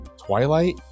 twilight